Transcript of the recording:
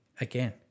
again